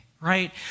right